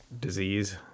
disease